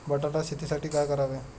बटाटा शेतीसाठी काय करावे?